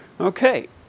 Okay